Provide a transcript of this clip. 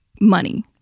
money